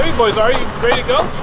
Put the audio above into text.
boys are. you ready to go?